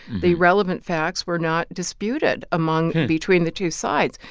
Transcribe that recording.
the relevant facts were not disputed among between the two sides.